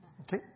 Okay